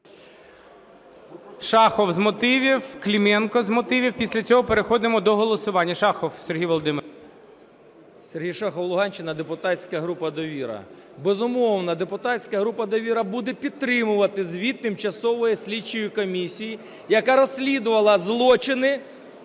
Шахов з мотивів. Клименко з мотивів. Після цього переходимо до голосування. Шахов Сергій Володимирович. 11:33:33 ШАХОВ С.В. Сергій Шахов, Луганщина, депутатська група "Довіра". Безумовно, депутатська група "Довіра" буде підтримувати звіт Тимчасової слідчої комісії, яка розслідувала злочини